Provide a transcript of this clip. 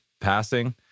passing